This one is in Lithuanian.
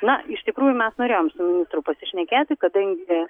na iš tikrųjų mes norėjom su ministru pasišnekėti kadangi